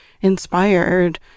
inspired